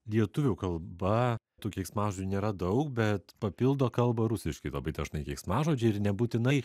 lietuvių kalba tų keiksmažodžių nėra daug bet papildo kalbą rusiškai labai dažnai keiksmažodžiai ir nebūtinai